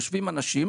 יושבים אנשים,